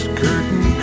curtain